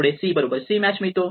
पुढे c बरोबर c match मिळतो